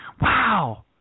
Wow